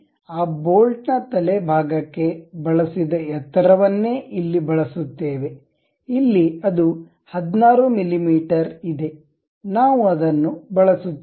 ಆ ಬೋಲ್ಟ್ ನ ತಲೆ ಭಾಗಕ್ಕೆ ಬಳಸಿದ ಎತ್ತರವನ್ನೇ ಇಲ್ಲಿ ಬಳಸುತ್ತೇವೆ ಇಲ್ಲಿ ಅದು 16 ಮಿಮೀ ಇದೆ ನಾವು ಅದನ್ನು ಬಳಸುತ್ತೇವೆ